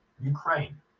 Ukraine